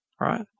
right